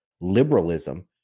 liberalism